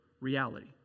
reality